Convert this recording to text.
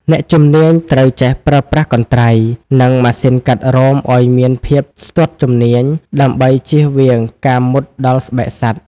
អ្នកជំនាញត្រូវចេះប្រើប្រាស់កន្ត្រៃ និងម៉ាស៊ីនកាត់រោមឱ្យមានភាពស្ទាត់ជំនាញ ដើម្បីចៀសវាងការមុតដល់ស្បែកសត្វ។